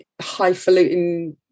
highfalutin